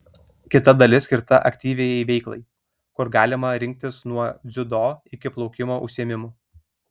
kita dalis skirta aktyviajai veiklai kur galima rinktis nuo dziudo iki plaukimo užsiėmimų